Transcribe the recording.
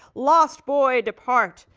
lost boy, depart.